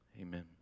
amen